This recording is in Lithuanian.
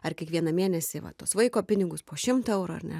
ar kiekvieną mėnesį va tuos vaiko pinigus po šimtą eurų ar ne